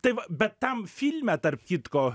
tai va bet tam filme tarp kitko